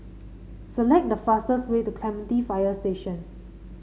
select the fastest way to Clementi Fire Station